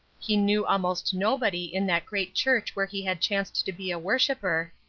he knew almost nobody in that great church where he had chanced to be a worshipper,